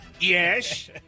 Yes